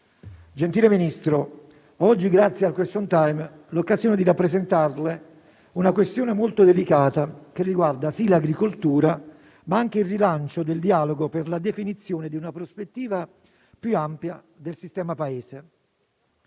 Gentile Ministro, oggi, grazie al *question time*, ho l'occasione di rappresentarle una questione molto delicata che riguarda, sì, l'agricoltura, ma anche il rilancio del dialogo per la definizione di una prospettiva più ampia del sistema Paese.